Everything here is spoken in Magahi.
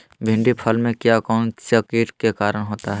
भिंडी फल में किया कौन सा किट के कारण होता है?